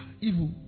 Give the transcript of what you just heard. Evil